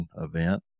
event